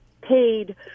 paid